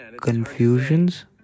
confusions